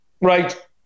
Right